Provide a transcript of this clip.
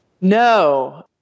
No